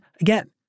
again